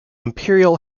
imperial